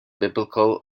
biblical